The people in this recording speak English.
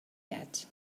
yet